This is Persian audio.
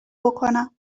بکنم